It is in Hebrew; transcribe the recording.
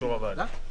ובאישור הוועדה.